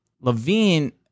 Levine